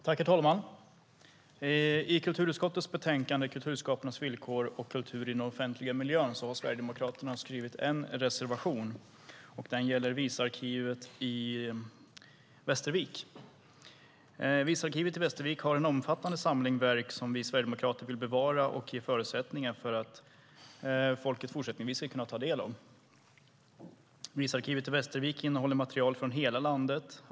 Herr talman! I kulturutskottets betänkande Kulturskaparnas villkor och kultur i den offentliga miljön har Sverigedemokraterna skrivit en reservation. Den gäller visarkivet i Västervik. Visarkivet i Västervik har en omfattande samling verk som vi sverigedemokrater vill bevara, och vi vill ge förutsättningar för att folket även i fortsättningen ska kunna ta del av samlingen. Visarkivet i Västervik innehåller material från hela landet.